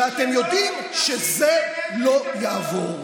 ואתם יודעים שזה לא יעבור,